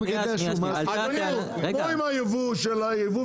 שבו עם היבוא.